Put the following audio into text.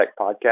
Podcast